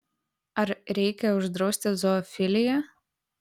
ar reikia uždrausti zoofiliją